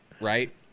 right